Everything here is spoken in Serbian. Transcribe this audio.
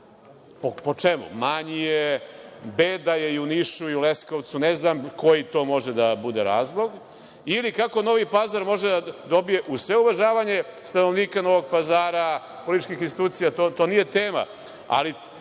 Po čemu? Manji je, beda je i u Nišu i u Leskovcu, ne znam koji to može da bude razlog. Ili kako Novi Pazar može da dobije, uz sve uvažavanje stanovnika Novog Pazara, političkih institucija, to nije tema,